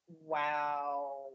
wow